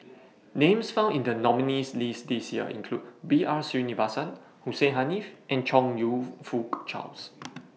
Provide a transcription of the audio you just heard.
Names found in The nominees' list This Year include B R Sreenivasan Hussein Haniff and Chong YOU Fook Charles